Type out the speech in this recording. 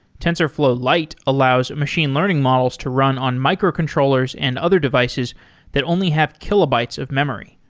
tensorflow lite allows machine learning models to run on microcontrollers and other devices that only have kilobytes of memory.